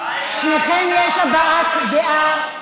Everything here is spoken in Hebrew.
לשניכם יש הבעת דעה.